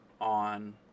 on